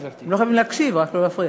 הם לא חייבים להקשיב, רק לא להפריע.